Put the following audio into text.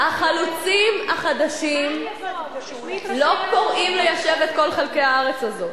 החלוצים החדשים לא קוראים ליישב את כל חלקי הארץ הזאת.